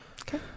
Okay